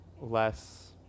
less